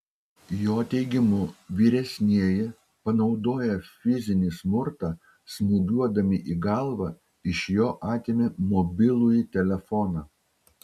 jo teigimu vyresnieji panaudoję fizinį smurtą smūgiuodami į galvą iš jo atėmė mobilųjį telefoną